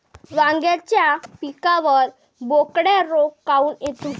वांग्याच्या पिकावर बोकड्या रोग काऊन येतो?